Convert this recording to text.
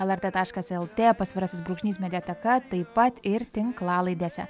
lrt taškas lt pasvirasis brūkšnys mediateka taip pat ir tinklalaidėse